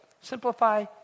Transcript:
Simplify